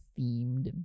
themed